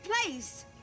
place